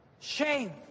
shame